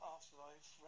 Afterlife